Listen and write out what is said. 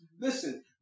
Listen